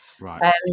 right